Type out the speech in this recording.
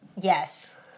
Yes